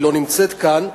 היא לא נמצאת כאן.